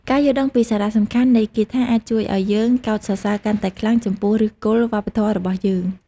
ការយល់ដឹងពីសារៈសំខាន់នៃគាថាអាចជួយឱ្យយើងកោតសរសើរកាន់តែខ្លាំងចំពោះឫសគល់វប្បធម៌របស់យើង។